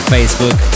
Facebook